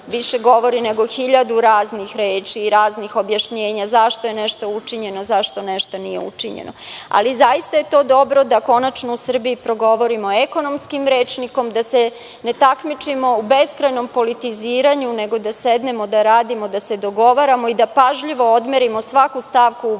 više nego hiljadu raznih reči i raznih objašnjenja zašto je nešto učinjeno, zašto nešto nije učinjeno. Ali, zaista je dobro da konačno u Srbiji progovorimo ekonomskim rečnikom, da se ne takmičimo u bespravnom politiziranju, nego da sednemo da radimo, da se dogovaramo i da pažljivo odmerimo svaku stavku u